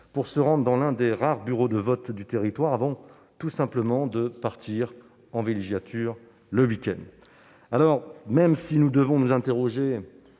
pour se rendre dans l'un des rares bureaux de vote du territoire, avant tout simplement de partir en villégiature le week-end. Même si nous devons nous interroger